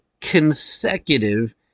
consecutive